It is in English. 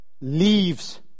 leaves